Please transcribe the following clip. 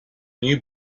new